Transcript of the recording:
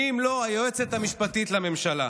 מי אם לא היועצת המשפטית לממשלה.